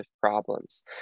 problems